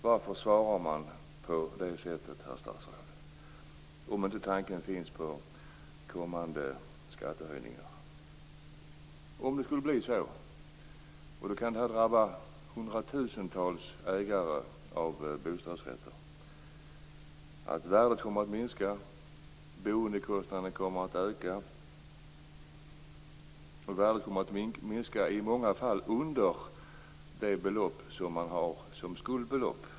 Varför svarar man på det sättet, herr statsråd, om inte tanken finns på kommande skattehöjningar? Om det skulle bli så kan detta drabba hundratusentals ägare av bostadsrätter. Värdet kommer att minska, boendekostnaden kommer att öka. I många fall kommer värdet att minska under det belopp man har som skuldbelopp.